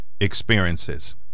Experiences